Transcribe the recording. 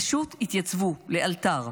פשוט התייצבו לאלתר.